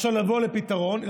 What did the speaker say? בשביל לבוא עם פתרון,